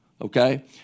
okay